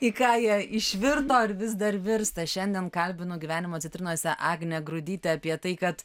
į ką jie išvirto ir vis dar virsta šiandien kalbinu gyvenimo citrinose agnę grudytę apie tai kad